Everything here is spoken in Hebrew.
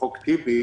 חוק טיבי,